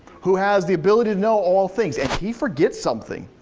who has the ability to know all things, and he forgets something?